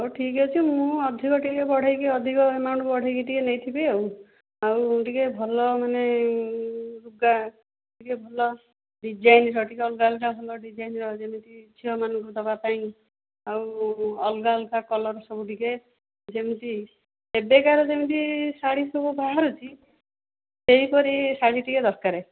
ହଉ ଠିକ୍ ଅଛି ମୁଁ ଅଧିକ ଟିକେ ବଢ଼େଇକି ଅଧିକ ଆମାଉଣ୍ଟ ବଢ଼େଇକି ଟିକେ ନେଇଥିବି ଆଉ ଆଉ ଟିକେ ଭଲ ମାନେ ଲୁଗା ଟିକେ ଭଲ ଡିଜାଇନ୍ର ଟିକେ ଅଲଗା ଅଲଗା ଭଲ ଡିଜାଇନର ଯେମିତି ଝିଅମାନଙ୍କୁ ଦବା ପାଇଁ ଆଉ ଅଲଗା ଅଲଗା କଲର୍ ଟିକେ ଯେମିତି ଏବେକାର ଯେମିତି ଶାଢ଼ୀ ସବୁ ବାହାରୁଛି ସେହିପରି ଶାଢ଼ୀ ଟିକେ ଦରକାର